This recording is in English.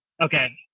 Okay